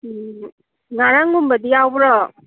ꯎꯝ ꯉꯔꯥꯡꯒꯨꯝꯕꯗꯤ ꯌꯥꯎꯕ꯭ꯔꯣ